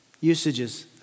usages